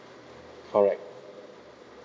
correct